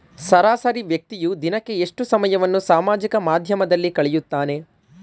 ಸರಾಸರಿ ವ್ಯಕ್ತಿಯು ದಿನಕ್ಕೆ ಎಷ್ಟು ಸಮಯವನ್ನು ಸಾಮಾಜಿಕ ಮಾಧ್ಯಮದಲ್ಲಿ ಕಳೆಯುತ್ತಾನೆ?